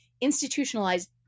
institutionalized